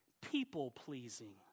People-pleasing